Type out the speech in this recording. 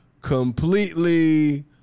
completely